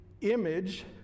image